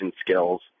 skills